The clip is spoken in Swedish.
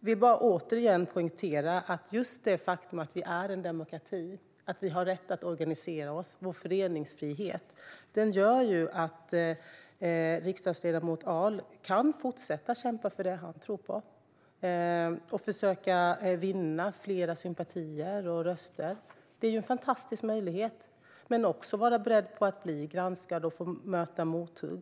vill återigen poängtera att just det faktum att vi är en demokrati, vår rätt att organisera oss och vår föreningsfrihet gör att riksdagsledamot Ahl kan fortsätta att kämpa för det han tror på och försöka att vinna fler sympatier och röster. Det är ju en fantastisk möjlighet, men man får också vara beredd på att bli granskad och möta mothugg.